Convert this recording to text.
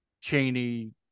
Cheney